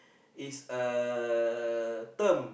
is a term